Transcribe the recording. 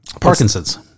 Parkinson's